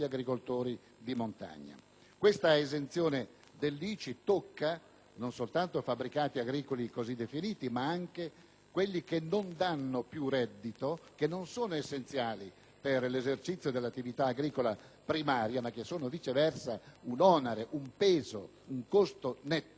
Questa esenzione dell'ICI tocca non soltanto fabbricati agricoli così definiti, ma anche quelli che non danno più reddito, che non sono essenziali per l'esercizio dell'attività agricola primaria, ma che sono, viceversa, un onere, un peso, un costo netto per il proprietario.